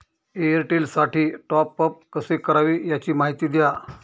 एअरटेलसाठी टॉपअप कसे करावे? याची माहिती द्या